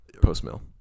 Post-mill